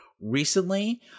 recently